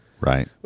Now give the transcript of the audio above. Right